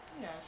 Yes